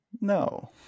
No